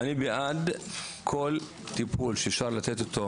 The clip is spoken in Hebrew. אני בעד כל טיפול שאפשר לתת אותו